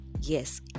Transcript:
Yes